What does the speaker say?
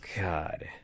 God